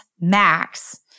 max